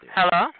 Hello